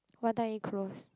what time are you close